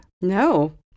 No